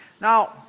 now